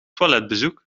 toiletbezoek